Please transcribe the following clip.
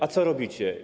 A co robicie?